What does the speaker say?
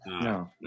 No